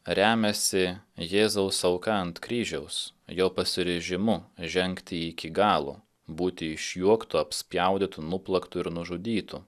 remiasi jėzaus auka ant kryžiaus jo pasiryžimu žengti iki galo būti išjuoktu apspjaudytu nuplaktu ir nužudytu